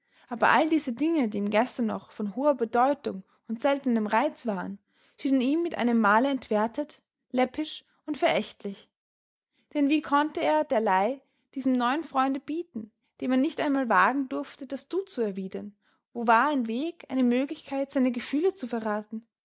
aber all diese dinge die ihm gestern noch von hoher bedeutung und seltenem reiz waren schienen ihm mit einem male entwertet läppisch und verächtlich denn wie konnte er derlei diesem neuen freunde bieten dem er nicht einmal wagen durfte das du zu erwidern wo war ein weg eine möglichkeit seine gefühle zu verraten